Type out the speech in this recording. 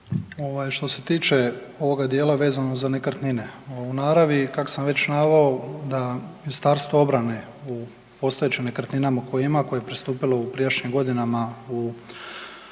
Što se tiče ovoga dijela vezano za nekretnine, u naravi je kako sam već naveo da Ministarstvo obrane u postojećim nekretninama koje ima koje je pristupilo u prijašnjim godinama u